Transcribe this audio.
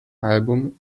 album